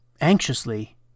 Anxiously